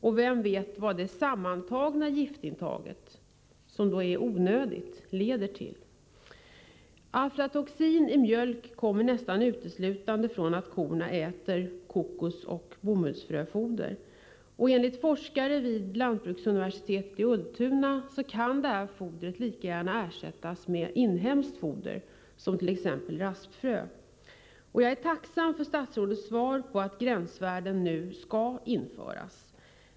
Och vem vet vad det sammantagna giftintaget — som är onödigt — leder till? Aflatoxin i mjölk härrör nästan uteslutande från att korna äter kokosoch bomullsfröfoder, och enligt forskare vid lantbruksuniversitetet i Ultuna kan det fodret lika gärna ersättas med inhemskt, t.ex. rapsfrö. Jag är tacksam för statsrådets svar om att gränsvärden nu skall införas.